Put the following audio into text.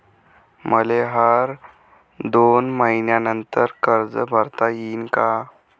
मले हर दोन मयीन्यानंतर कर्ज भरता येईन का?